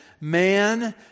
Man